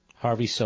Harvey